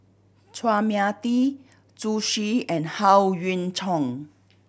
Chua Mia Tee Zhu Xu and Howe Yoon Chong